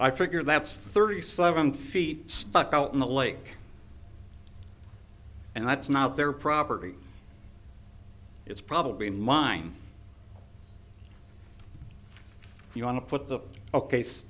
i figure that's thirty seven feet stuck out in the lake and that's not their property it's probably mine if you want to put the a case